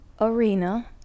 Arena